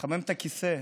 לחמם את הכיסא,